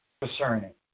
concerning